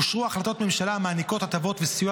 אושרו החלטות ממשלה המעניקות הטבות וסיוע